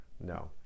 no